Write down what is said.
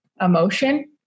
emotion